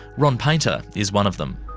ron paynter is one of them.